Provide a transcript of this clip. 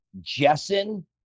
Jessen